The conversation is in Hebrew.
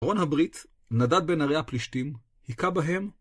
ארון הברית, נדד בין ערי הפלישתים, היכה בהם